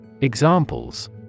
Examples